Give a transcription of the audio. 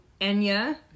Enya